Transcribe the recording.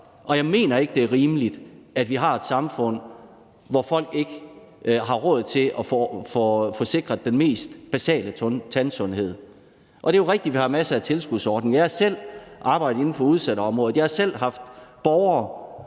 Og jeg mener ikke, det er rimeligt, at vi har et samfund, hvor folk ikke har råd til at få sikret den mest basale tandsundhed. Og det er jo rigtigt, at vi har masser af tilskudsordninger. Jeg har selv arbejdet inden for udsatteområdet. Jeg har selv haft borgere,